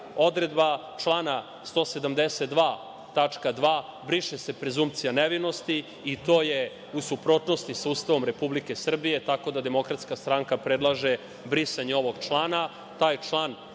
odredba člana 172. tačka 2) briše se prezunkcija nevinosti i to je u suprotnosti sa Ustavom Republike Srbije, tako da Demokratska stranka predlaže brisanje ovog člana.